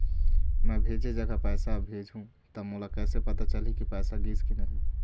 मैं भेजे जगह पैसा भेजहूं त मोला कैसे पता चलही की पैसा गिस कि नहीं?